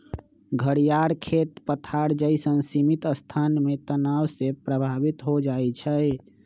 घरियार खेत पथार जइसन्न सीमित स्थान में तनाव से प्रभावित हो जाइ छइ